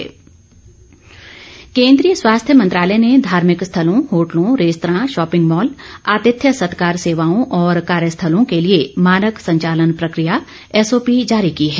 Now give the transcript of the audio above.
SOP केंद्रीय स्वास्थ्य मंत्रालय ने धार्भिक स्थलों होटलों रेस्तरां शोपिंग मॉल आतिथ्य सत्कार सेवाओं और कार्यस्थलों के लिए मानक संचालन प्रक्रिया एसओपी जारी की है